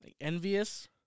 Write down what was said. envious